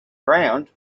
ground